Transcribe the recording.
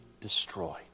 destroyed